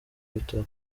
bitaro